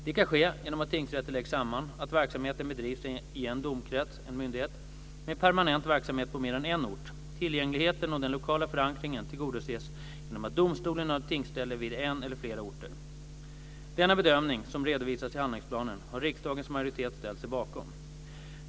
Det kan ske genom att tingsrätter läggs samman, att verksamheten bedrivs i en domkrets, en myndighet, med permanent verksamhet på mer än en ort, tillgängligheten och den lokala förankringen tillgodoses genom att domstolen har tingsställe vid en eller flera orter. Denna bedömning, som redovisas i handlingsplanen, har riksdagens majoritet ställt sig bakom .